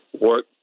work